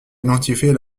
identifier